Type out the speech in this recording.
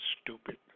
stupid